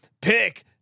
Pick